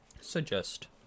Suggest